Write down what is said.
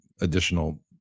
additional